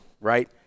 right